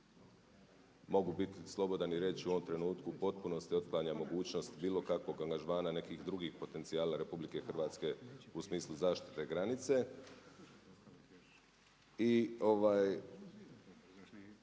mogu biti slobodan i reći u ovom trenutku u potpunosti otklanja mogućnost bilo kakvog angažmana nekih drugih potencijala RH u smislu zaštite granice. I možda